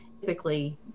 typically